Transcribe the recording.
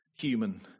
human